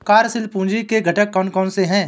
कार्यशील पूंजी के घटक कौन कौन से हैं?